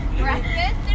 Breakfast